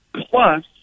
plus